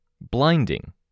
BLINDING